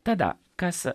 tada kas